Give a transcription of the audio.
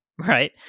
Right